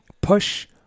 push